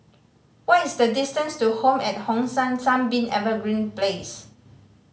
what is the distance to Home at Hong San Sunbeam Evergreen Place